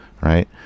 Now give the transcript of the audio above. right